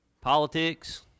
Politics